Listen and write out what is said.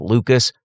Lucas